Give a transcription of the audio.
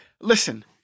listen